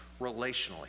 relationally